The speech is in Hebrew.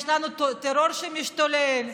יש לנו טרור שמשתולל,